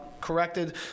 corrected